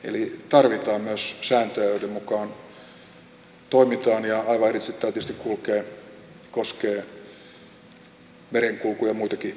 eli tarvitaan myös sääntöjä joiden mukaan toimitaan ja aivan erityisesti tämä tietysti koskee merenkulkualaa ja muitakin liikennealoja